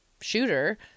shooter